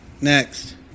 Next